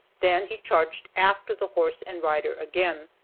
then he charged after the horse and rider again.